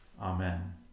Amen